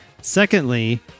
Secondly